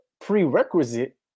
prerequisite